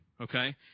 Okay